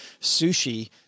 sushi